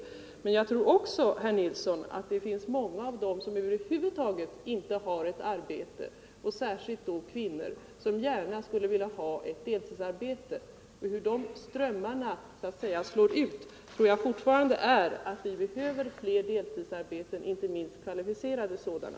Jag tror emellertid också, herr Nilsson, att många av dem som över huvud taget inte har något arbete, och särskilt då kvinnor, gärna skulle vilja ha ett deltidsarbete. Hur än dessa strömmar så att säga slår ut, tror jag ändå att vi fortfarande behöver flera deltidsarbeten, inte minst kvalificerade sådana.